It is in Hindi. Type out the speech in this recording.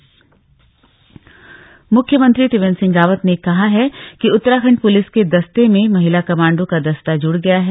महिला कमांडो फोर्स मुख्यमंत्री त्रिवेन्द्र सिंह रावत ने कहा है कि उत्तराखण्ड पुलिस के दस्ते में महिला कमाण्डो का दस्ता जुड़ गया है